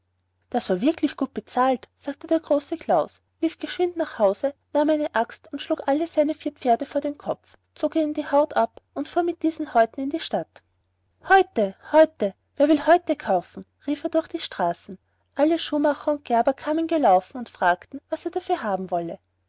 das war wahrlich gut bezahlt sagte der große klaus lief geschwind nach hause nahm eine axt und schlug alle seine vier pferde vor den kopf zog ihnen die haut ab und fuhr mit diesen häuten zur stadt häute häute wer will häute kaufen rief er durch die straßen alle schuhmacher und gerber kamen gelaufen und fragten was er dafür haben wolle